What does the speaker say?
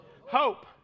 Hope